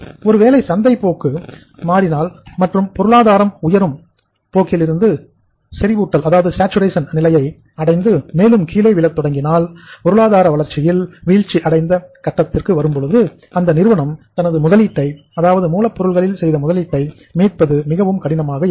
ஒருவேளை சந்தைப் போக்கு மாறினால் மற்றும் பொருளாதாரம் உயரும் போக்கிலிருந்து செறிவூட்டல் நிலையை அடைந்து மேலும் கீழே விழத் தொடங்கினாள் பொருளாதார வளர்ச்சியில் வீழ்ச்சி அடைந்த கட்டத்திற்கு வரும்பொழுது அந்த நிறுவனம் தனது முதலீட்டை அதாவது மூலப்பொருள்களில் செய்த முதலீட்டை மீட்பது மிகவும் கடினமாக இருக்கும்